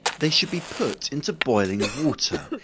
they should be put into boiling water,